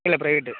இல்லை ப்ரைவேட்டு